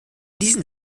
diesen